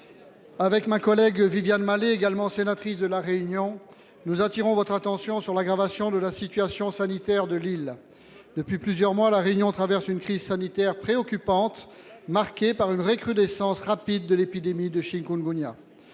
Avec ma collègue Viviane Mallet, également sénatrice de La Réunion, nous attirons votre attention sur l'aggravation de la situation sanitaire de Lille. Depuis plusieurs mois, La Réunion traverse une crise sanitaire préoccupante, marquée par une récrudescence rapide de l'épidémie de chinkungunya.